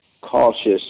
Cautious